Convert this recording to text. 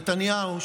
נתניהו,